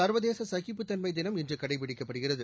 சா்வதேசசகிப்புதன்மைதினம் இன்றுகடைப்பிடிக்கப்படுகிறது